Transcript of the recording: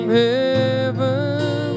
heaven